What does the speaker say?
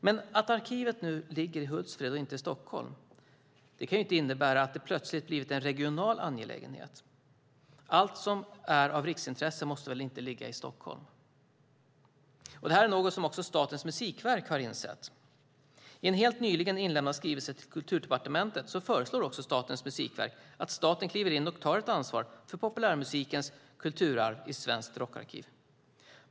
Men att arkivet nu ligger i Hultsfred och inte i Stockholm kan ju inte innebära att det plötsligt har blivit en regional angelägenhet. Allt som är av riksintresse måste väl inte ligga i Stockholm? Det här är något som också Statens musikverk har insett. I en helt nyligen inlämnad skrivelse till Kulturdepartementet föreslår Statens musikverk att staten kliver in och tar ett ansvar för populärmusikens kulturarv i Svenskt Rockarkiv.